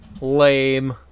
Lame